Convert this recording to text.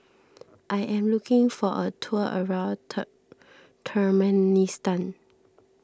I am looking for a tour around tuck Turkmenistan